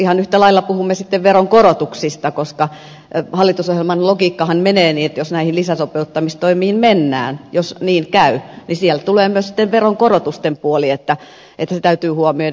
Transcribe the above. ihan yhtä lailla puhumme sitten veronkorotuksista koska hallitusohjelman logiikkahan menee niin että jos näihin lisäsopeuttamistoimiin mennään jos niin käy niin siellä tulee myös sitten veronkorotusten puoli se täytyy huomioida